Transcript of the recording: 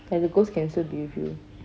ya the ghost can still be with you